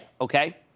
Okay